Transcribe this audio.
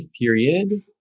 period